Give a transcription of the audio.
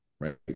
right